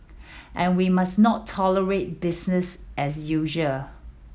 and we must not tolerate business as usual